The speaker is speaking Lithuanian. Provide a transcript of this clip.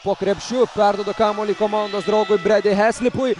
po krepšiu perduoda kamuolį komandos draugui bredi heslipui